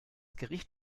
gericht